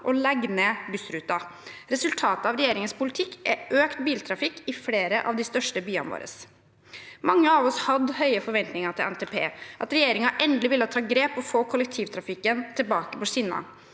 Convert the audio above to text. og legge ned bussruter. Resultatet av regjeringens politikk er økt biltrafikk i flere av de største byene våre. Mange av oss hadde høye forventninger til NTP, at regjeringen endelig ville ta grep og få kollektivtrafikken tilbake på skinner.